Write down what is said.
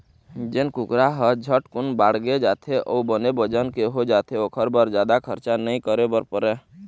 जेन कुकरा ह झटकुन बाड़गे जाथे अउ बने बजन के हो जाथे ओखर बर जादा खरचा नइ करे बर परय